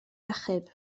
achub